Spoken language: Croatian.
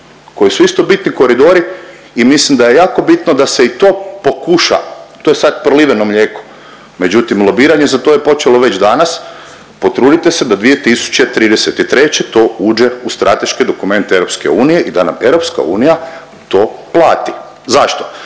koji su isto bitni koridori i mislim da je jako bitno da se i to pokuša, to je sad proliveno mlijeko, međutim lobiranje za to je počelo već danas potrudite se da 2033. to uđe u strateške dokumente EU i da nam EU to plati. Zašto?